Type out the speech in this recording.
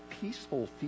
peaceful